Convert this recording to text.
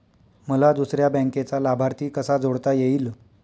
मला दुसऱ्या बँकेचा लाभार्थी कसा जोडता येईल?